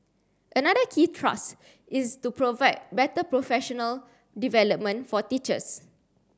another key thrust is to provide better professional development for teachers